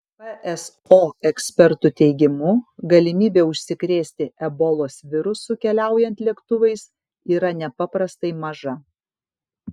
pso ekspertų teigimu galimybė užsikrėsti ebolos virusu keliaujant lėktuvais yra nepaprastai maža